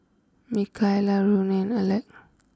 Mikaila Ronnie Aleck